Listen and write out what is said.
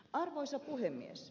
arvoisa puhemies